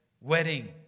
wedding